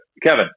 Kevin